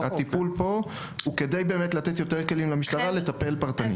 הטיפול פה הוא כדי לתת יותר כלים למשטרה לטפל פרטנית.